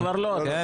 לא, כבר לא --- כן.